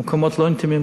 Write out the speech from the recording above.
אלא במקומות לא אינטימיים,